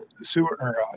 sewer